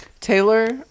Taylor